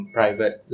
private